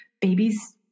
babies